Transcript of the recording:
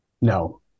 No